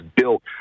built